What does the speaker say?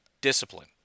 discipline